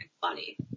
funny